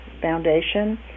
Foundation